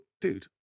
dude